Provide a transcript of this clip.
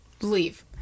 Leave